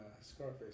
Scarface